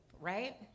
right